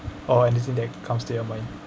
or anything that comes to your mind